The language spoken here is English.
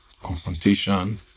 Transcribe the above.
confrontation